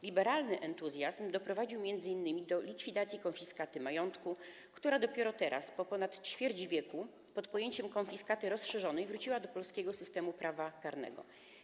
Liberalny entuzjazm doprowadził m.in. do likwidacji instytucji konfiskaty majątku, która dopiero teraz, po ponad ćwierć wieku, pod pojęciem konfiskaty rozszerzonej wróciła do polskiego systemu prawa karnego.